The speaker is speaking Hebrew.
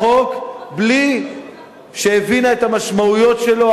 היא התנגדה לחוק בלי שהבינה את המשמעויות שלו,